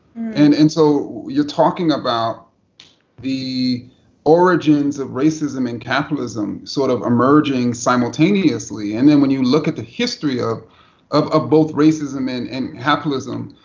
and and so you're talking about the origins of racism and capitalism sort of emerging simultaneously. and then when you look at the history of of ah both racism and and capitalism,